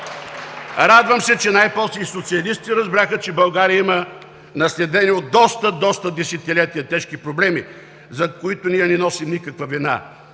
„Радвам се, че най-после и социалистите разбраха, че България има наследени от доста, доста десетилетия тежки проблеми, за които ние не носим никаква вина“.